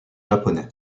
japonais